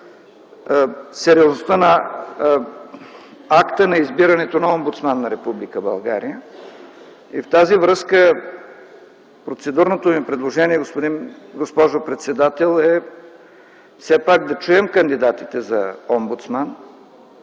сериозността на акта на избирането на омбудсман на Република България. В тази връзка процедурното ми предложение, госпожо председател, е все пак да чуем кандидатите за омбудсман,